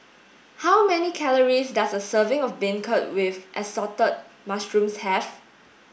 how many calories does a serving of beancurd with assorted mushrooms have